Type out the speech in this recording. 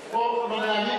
אף אחד לא בא להפריע,